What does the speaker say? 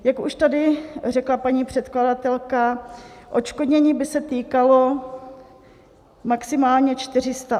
Jak už tady řekla paní předkladatelka, odškodnění by se týkalo maximálně 400 osob.